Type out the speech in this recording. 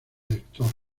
lector